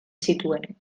zituen